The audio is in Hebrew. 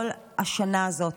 כל השנה הזאת,